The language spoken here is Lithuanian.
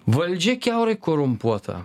valdžia kiaurai korumpuota